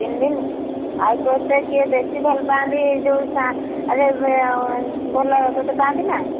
ତିନି ଦିନ ଆଉ ତୋତେ କିଏ ବେଶୀ ଭଲପାଆନ୍ତି ଯେଉଁ ଭଲ ତୋତେ ପାଆନ୍ତି ନା